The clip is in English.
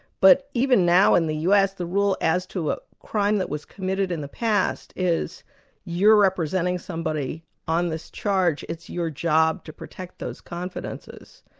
but even now in the us, the rule as to a crime that was committed in the past, is you're representing somebody on this charge, it's your job to protect those confidences.